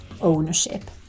ownership